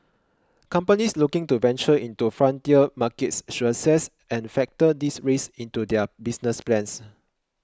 companies looking to venture into frontier markets should assess and factor these risks into their business plans